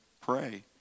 pray